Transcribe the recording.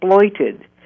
exploited